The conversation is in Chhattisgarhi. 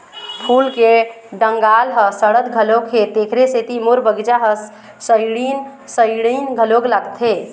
फूल के डंगाल ह सड़त घलोक हे, तेखरे सेती मोर बगिचा ह सड़इन सड़इन घलोक लागथे